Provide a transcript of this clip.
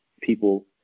people